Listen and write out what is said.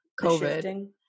covid